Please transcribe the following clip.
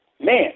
Man